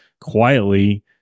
quietly